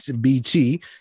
bt